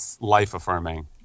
life-affirming